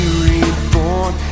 reborn